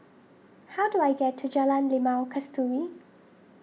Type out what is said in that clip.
how do I get to Jalan Limau Kasturi